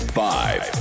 five